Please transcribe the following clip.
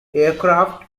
aircraft